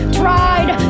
tried